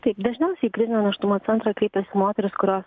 taip dažniausiai į krizinio nėštumo centrą kreipiasi moterys kurios